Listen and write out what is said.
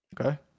okay